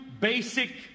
basic